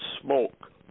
smoke